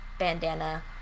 bandana